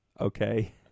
Okay